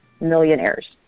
millionaires